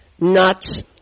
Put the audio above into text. nuts